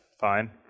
fine